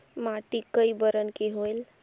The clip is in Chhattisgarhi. माटी कई बरन के होयल?